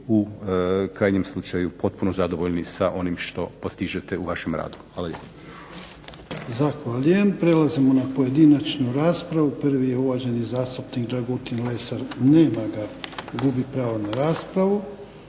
u krajnjem slučaju potpuno zadovoljni sa onim što postižete u vašem radu. Hvala